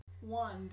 One